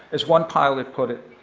as one pilot put it,